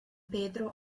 pedro